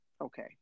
Okay